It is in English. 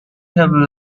have